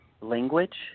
language